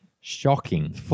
shocking